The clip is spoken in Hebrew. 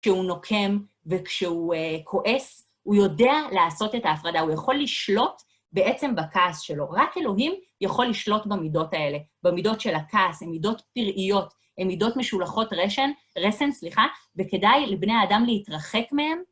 כשהוא נוקם וכשהוא כועס, הוא יודע לעשות את ההפרדה, הוא יכול לשלוט בעצם בכעס שלו. רק אלוהים יכול לשלוט במידות האלה, במידות של הכעס, במידות פראיות, במידות משולחות רסן, וכדאי לבני האדם להתרחק מהם.